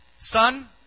Son